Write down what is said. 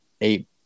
eight